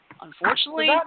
Unfortunately